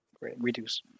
reduce